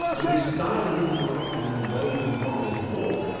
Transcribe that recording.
and this style is even reflected in the way the models walk.